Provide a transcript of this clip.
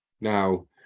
now